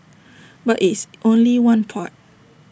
but it's only one part